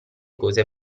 cose